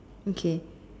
okay